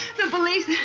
the police.